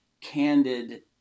candid